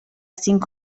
cinc